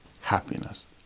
happiness